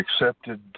accepted